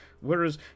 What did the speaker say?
Whereas